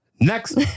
Next